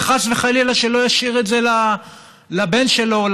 וחס וחלילה שלא ישאיר את זה לבן שלו,